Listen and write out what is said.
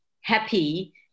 happy